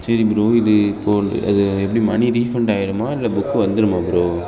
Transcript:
சரி ப்ரோ இது இப்போது அது எப்படி மணி ரீஃபண்ட் ஆயிடுமா இல்லை புக் வந்துடுமா ப்ரோ